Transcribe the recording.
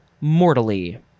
mortally